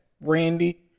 Randy